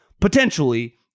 potentially